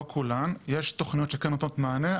יש תכניות שכן נותנות מענה,